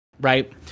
right